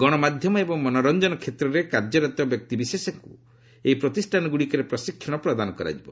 ଗଶମାଧ୍ୟମ ଏବଂ ମନୋରଂଜନ କ୍ଷେତ୍ରରେ କାର୍ଯ୍ୟରତ ବ୍ୟକ୍ତିବିଶେଷଙ୍କୁ ଏହି ପ୍ରତିଷ୍ଠାନଗୁଡ଼ିକରେ ପ୍ରଶିକ୍ଷଣ ପ୍ରଦାନ କରାଯିବ